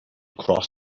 cross